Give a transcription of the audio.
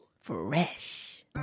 fresh